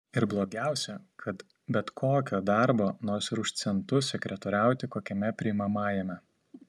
ir blogiausia kad bet kokio darbo nors ir už centus sekretoriauti kokiame priimamajame